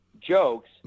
jokes